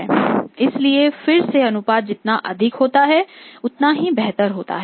इसलिए फिर से अनुपात जितना अधिक होता है उतना ही बेहतर होता है